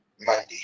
Monday